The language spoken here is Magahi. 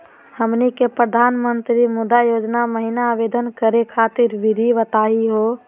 हमनी के प्रधानमंत्री मुद्रा योजना महिना आवेदन करे खातीर विधि बताही हो?